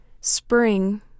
spring